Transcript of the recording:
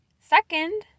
Second